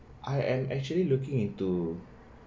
I am actually looking into